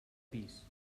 pis